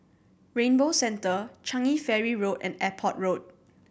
Rainbow Centre Changi Ferry Road and Airport Road